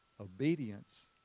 obedience